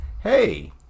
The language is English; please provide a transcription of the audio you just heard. hey